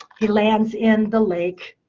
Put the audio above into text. he lands in the lake.